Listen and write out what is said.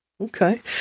Okay